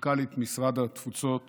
מנכ"לית משרד התפוצות